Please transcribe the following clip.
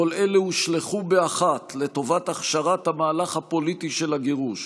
כל אלה הושלכו באחת לטובת הכשרת המהלך הפוליטי של הגירוש.